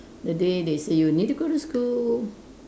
the day they say you need to go to school